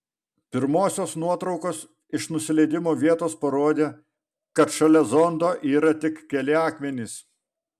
pirmosios nuotraukos iš nusileidimo vietos parodė kad šalia zondo yra tik keli akmenys